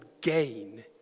gain